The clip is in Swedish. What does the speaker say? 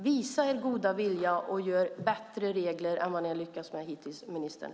Visa er goda vilja och gör bättre regler än vad ni har lyckats med hittills, ministern!